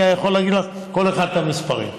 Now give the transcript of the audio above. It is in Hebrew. אני יכול להגיד לך בכל אחד את המספרים.